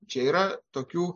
čia yra tokių